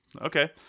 Okay